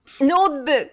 Notebook